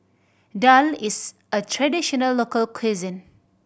daal is a traditional local cuisine